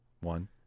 One